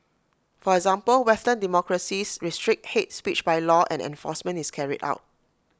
for example western democracies restrict hate speech by law and enforcement is carried out